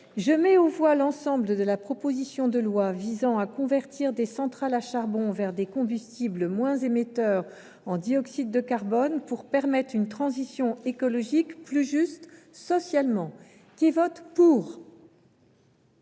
modifié, l’ensemble de la proposition de loi visant à convertir des centrales à charbon vers des combustibles moins émetteurs en dioxyde de carbone pour permettre une transition écologique plus juste socialement. Mes chers